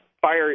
fire